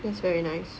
that's very nice